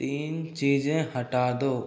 तीन चीज़ें हटा दो